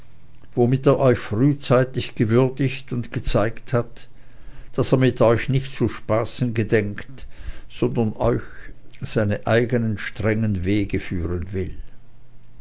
womit er euch frühzeitig gewürdigt und gezeigt hat daß er mit euch nicht zu spaßen gedenkt sondern euch seine eigenen strengen wege führen will